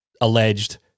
alleged